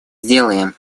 сделаем